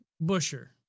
Busher